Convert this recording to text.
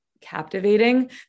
captivating